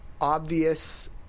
obvious